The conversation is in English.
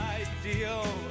ideal